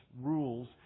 rules